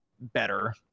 better